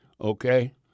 okay